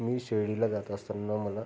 मी शिर्डीला जात असताना मला